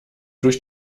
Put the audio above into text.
durch